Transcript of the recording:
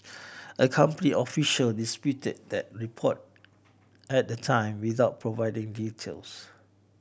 a company official disputed that report at the time without providing details